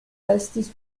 estis